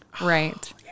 Right